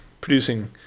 producing